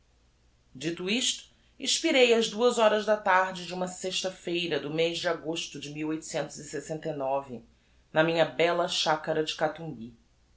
dito isto expirei ás duas horas da tarde de uma sexta feira do mez de agosto de na minha bella chacara de catumby